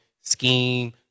Scheme